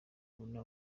abona